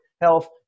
health